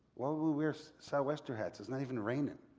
why will we wear southwestern hats? it's not even raining.